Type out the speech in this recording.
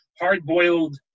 hard-boiled